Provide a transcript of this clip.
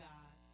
God